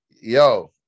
yo